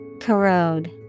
Corrode